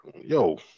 yo